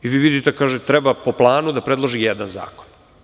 Vi vidite, kaže - treba po planu da predloži jedan zakon.